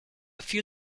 few